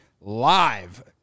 live